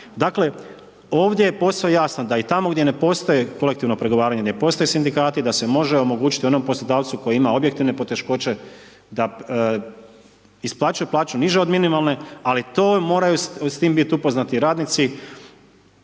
Dakle ovdje je posve jasno da i tamo gdje ne postoji kolektivno pregovaranje, ne postoje sindikati da se može omogućiti onom poslodavcu koji ima objektivne poteškoće da isplaćuje plaću nižu od minimalne ali to moraju s tim biti upoznati i radnici